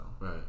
right